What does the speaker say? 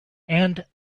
and